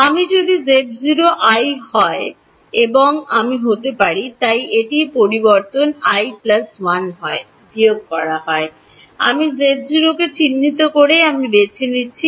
আমি যদি z0 i হয় আমি হতে তাই এটি পরবর্তী i1 হয় বিয়োগ হয় আমি z0 চিহ্নিত করতে আমি বেছে নিচ্ছি